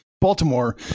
Baltimore